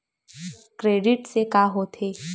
Credit से का होथे?